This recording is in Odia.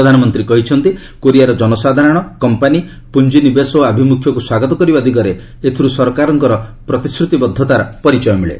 ପ୍ରଧାନମନ୍ତ୍ରୀ କହିଛନ୍ତି କୋରିଆର କନସାଧାରଣ କମ୍ପାନି ପୁଞ୍ଜିନିବେଶ ଓ ଆଭିମୁଖ୍ୟକୁ ସ୍ୱାଗତ କରିବା ଦିଗରେ ଏଥିରୁ ସରକାରଙ୍କ ପ୍ରତିଶ୍ରତିବଦ୍ଧତାର ପରିଚୟ ମିଳେ